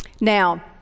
Now